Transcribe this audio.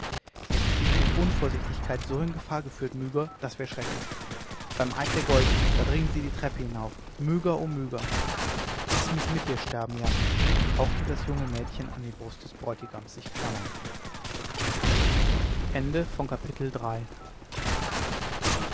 hätte ich dich durch unvorsichtigkeit so in gefahr geführt myga das wäre schrecklich beim eid der geusen da dringen sie die treppe hinauf myga o myga laß mich mit dir sterben jan hauchte das junge mädchen an die brust des bräutigams sich klammernd